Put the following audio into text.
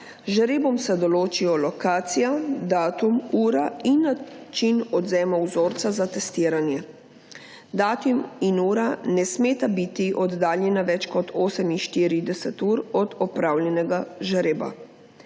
žrebom se določijo lokacija, datum, ura in način odvzema vzorca za testiranje. Datum in ura ne smeta biti oddaljena več kot 48 ur od opravljenega žreba.